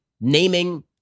naming